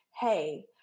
hey